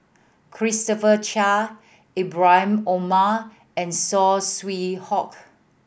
Christopher Chia Ibrahim Omar and Saw Swee Hock